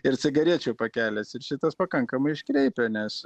ir cigarečių pakelis ir šitas pakankamai iškreipia nes